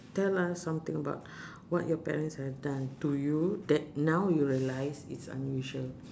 tell us something about what your parents have done to you that now you realise it's unusual